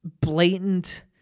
blatant